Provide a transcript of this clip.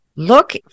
Look